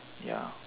ya